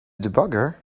debugger